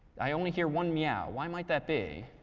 i only hear one meow. why might that be?